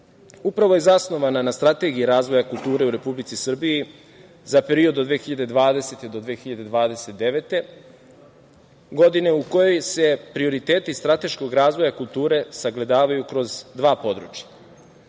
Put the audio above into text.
upravo je zasnovana na Strategiji razvoja kulture u Republici Srbiji za period od 2020. do 2029. godine, u kojoj se prioriteti strateškog razvoja kulture sagledavaju kroz dva područja.